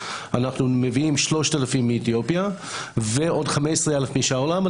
אנחנו מביאים 3,000 מאתיופיה ועוד 15,000 משאר העולם,